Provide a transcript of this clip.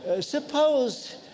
Suppose